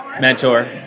mentor